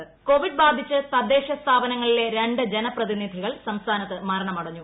മരണം കോവിഡ് ബാധിച്ച് തദ്ദേശ് സ്ഥാപനങ്ങളിലെ രണ്ട് ജനപ്രതിനിധികൾ സംസ്ഥാനത്ത് മരണമടഞ്ഞു